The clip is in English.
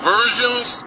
Versions